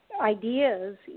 ideas